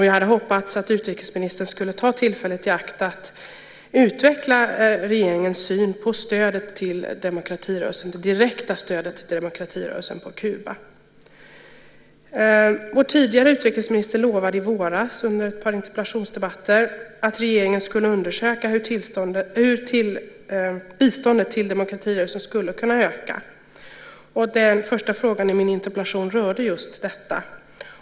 Jag hade hoppats att utrikesministern skulle ta tillfället i akt att utveckla regeringens syn på det direkta stödet till demokratirörelsen på Kuba. Vår tidigare utrikesminister lovade i våras under ett par interpellationsdebatter att regeringen skulle undersöka hur biståndet till demokratirörelsen skulle kunna öka. Den första frågan i min interpellation rörde just detta.